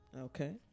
Okay